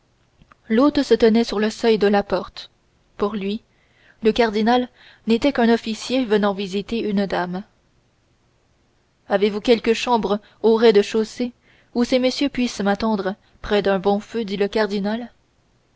l'hôte se tenait sur le seuil de la porte pour lui le cardinal n'était qu'un officier venant visiter une dame avez-vous quelque chambre au rez-de-chaussée où ces messieurs puissent m'attendre près d'un bon feu dit le cardinal